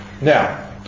Now